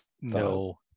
No